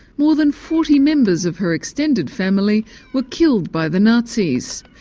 more than forty members of her extended family were killed by the nazis.